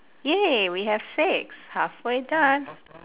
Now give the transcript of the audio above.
!yay! we have six halfway done